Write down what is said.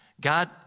God